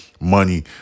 money